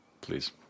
please